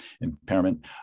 impairment